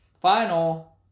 final